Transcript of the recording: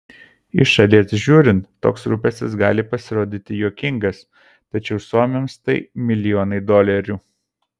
iš šalies žiūrint toks rūpestis gali pasirodyti juokingas tačiau suomiams tai milijonai dolerių